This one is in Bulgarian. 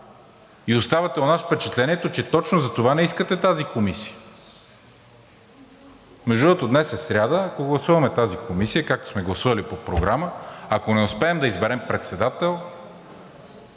и оставяте у нас впечатлението, че точно затова не искате тази комисия. Между другото, днес е сряда, ако гласуваме тази комисия, както сме гласували по Програма, ако не успеем да изберем председател,